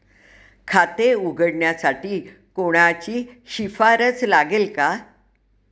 खाते उघडण्यासाठी कोणाची शिफारस लागेल का?